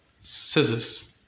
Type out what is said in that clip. scissors